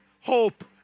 hope